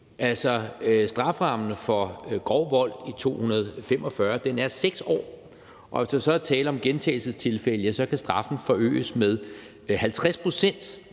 Strafferammen for grov vold i § 245 er 6 år, og hvis der så er tale om gentagelsestilfælde, kan straffen forøges med 50 pct.